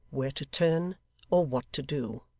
where to turn or what to do.